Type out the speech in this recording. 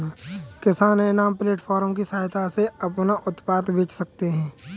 किसान इनाम प्लेटफार्म की सहायता से अपना उत्पाद बेच सकते है